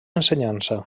ensenyança